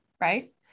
right